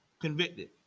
convicted